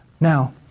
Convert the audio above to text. Now